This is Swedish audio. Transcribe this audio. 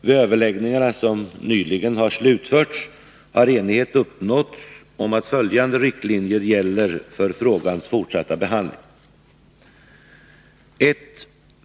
Vid överläggningarna, som nyligen har slutförts, har enighet uppnåtts om att följande riktlinjer gäller för frågans fortsatta behandling. 1.